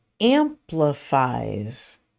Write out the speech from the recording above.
amplifies